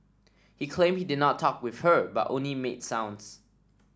he claimed he did not talk with her but only made sounds